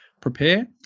prepare